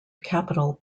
capital